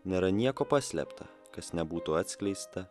nėra nieko paslėpta kas nebūtų atskleista